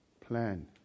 plan